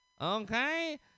okay